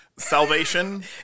salvation